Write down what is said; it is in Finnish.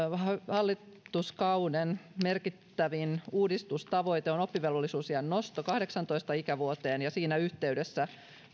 hallituskauden merkittävin uudistustavoite on oppivelvollisuusiän nosto kahdeksaantoista ikävuoteen siinä yhteydessä